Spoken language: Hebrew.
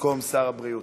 במקום שר הבריאות.